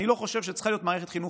אני לא חושב שצריכה להיות מערכת חינוך